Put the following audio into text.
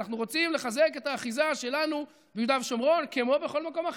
אנחנו רוצים לחזק את האחיזה שלנו ביהודה ושומרון כמו בכל מקום אחר,